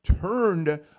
turned